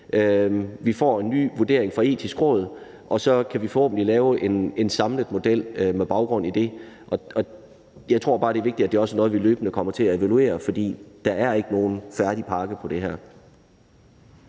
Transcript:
Vi får en ny vurdering fra Det Etiske Råd, og så kan vi forhåbentlig lave en samlet model med baggrund i det. Jeg tror også bare, det er vigtigt, at det er noget, vi løbende kommer til at evaluere, fordi der ikke er nogen færdig pakke i forhold